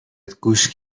گوش